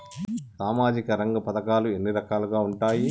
సామాజిక రంగ పథకాలు ఎన్ని రకాలుగా ఉంటాయి?